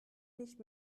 nicht